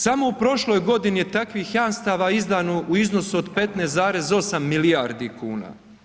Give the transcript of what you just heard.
Samo u prošloj godini je takvih jamstava izdano u iznosu od 15,8 milijardi kuna.